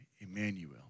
Emmanuel